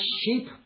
sheep